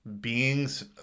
beings